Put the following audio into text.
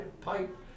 pipe